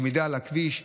למידה על הכביש,